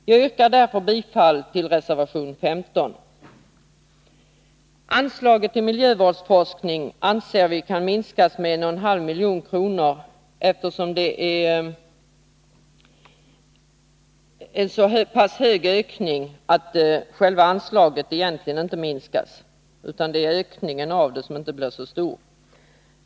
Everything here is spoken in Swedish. Jag yrkar därför bifall till reservation 15. Anslaget till miljövårdsforskning anser vi kan minskas med 1,5 milj.kr. eftersom den föreslagna ökningen är så pass stor att anslaget egentligen inte minskas — det är ökningen av anslaget som inte blir så stor.